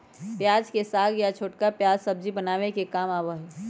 प्याज के साग या छोटका प्याज सब्जी बनावे के काम आवा हई